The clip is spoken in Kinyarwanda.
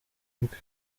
bwe